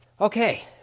Okay